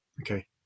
Okay